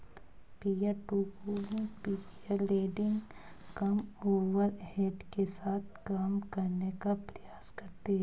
peer to peer lending कम overhead के साथ काम करने का प्रयास करती हैं